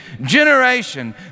generation